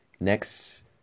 Next